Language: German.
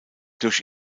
durch